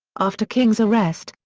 after king's arrest,